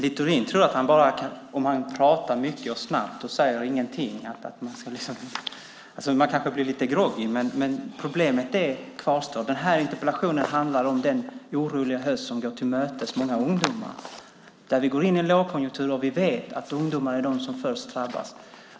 Herr talman! Littorin pratar mycket och snabbt, men han säger ingenting. Man kanske blir lite groggy, men problemet kvarstår. Den här interpellationen handlar om den oroliga höst som många ungdomar går till mötes. Vi går in i en lågkonjunktur, och vi vet att ungdomar är de som först drabbas.